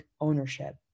ownership